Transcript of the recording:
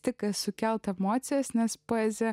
tik sukelti emocijas nes poezija